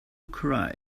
cry